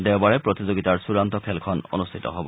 দেওবাৰে প্ৰতিযোগিতাৰ চূড়ান্ত খেলখন অনুষ্ঠিত হব